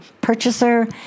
purchaser